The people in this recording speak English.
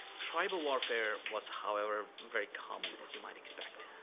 tribal warfare was, however, very common. as you might expect,